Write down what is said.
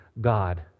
God